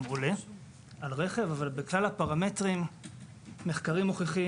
עולה על רכב אבל בכלל הפרמטרים מחקרים מוכיחים,